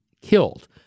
killed